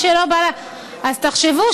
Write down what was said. תחשבו